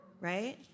Right